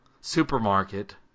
supermarket